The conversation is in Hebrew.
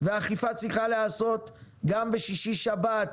והאכיפה צריכה לעשות גם בשישי ושבת,